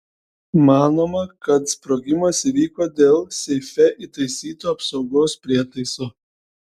manoma kad sprogimas įvyko dėl seife įtaisyto apsaugos prietaiso